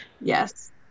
Yes